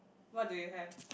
what do you have